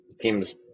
teams